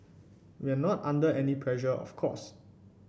we are not under any pressure of course